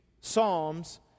Psalms